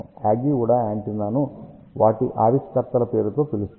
Yagi Uda యాంటెన్నాను వాటి ఆవిష్కర్తల పేరుతో పిలుస్తారు